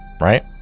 right